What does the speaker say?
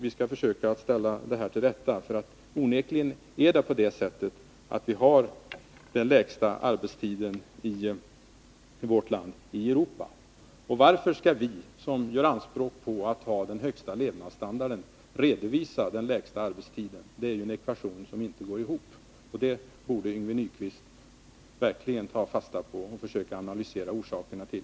Vi skall försöka ställa allt till rätta. Onekligen har vi i vårt land den lägsta arbetstiden i Europa. Varför skall vi, som gör anspråk på att ha den högsta levnadsstandarden, redovisa den lägsta arbetstiden? Det är en ekvation som inte går ihop. Det borde Yngve Nyquist verkligen ta fasta på och försöka att analysera orsakerna till.